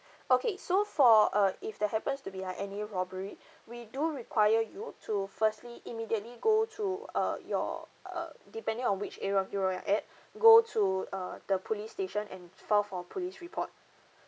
okay so for uh if there happens to be like any robbery we do require you to firstly immediately go to uh your uh depending on which area of europe you're at go to uh the police station and file for police report